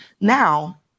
now